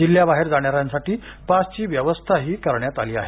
जिल्हयाबाहेर जाणाऱ्यांसाठी पासची व्यवस्थाही करण्यात आली आहे